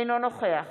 אינו נוכח